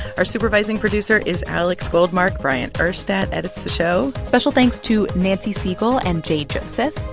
our supervising producer is alex goldmark. bryant urstadt edits the show special thanks to nancy segal and jay joseph.